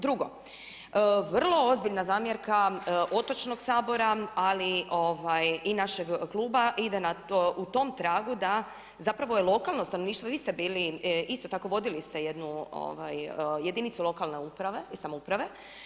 Drugo, vrlo ozbiljna zamjerka Otočnog sabora ali i našeg kluba ide u tom tragu da zapravo je lokalno stanovništvo, vi ste bili, isto tako vodili ste jednu jedinicu lokalne uprave i samouprave.